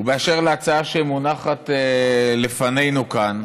ובאשר להצעה שמונחת לפנינו כאן,